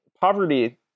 poverty